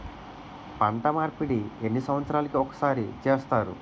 పంట మార్పిడి ఎన్ని సంవత్సరాలకి ఒక్కసారి చేస్తారు?